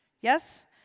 Yes